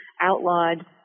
outlawed